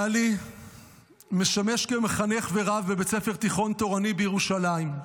בעלי משמש כמחנך ורב בבית ספר תיכון תורני בירושלים,